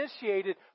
initiated